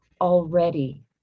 already